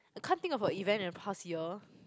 I can't think of a event in the past year